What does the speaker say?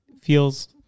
feels